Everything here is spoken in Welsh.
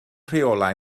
rheolau